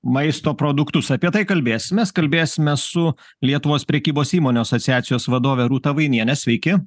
maisto produktus apie tai kalbėsimės kalbėsimės su lietuvos prekybos įmonių asociacijos vadove rūta vainiene sveiki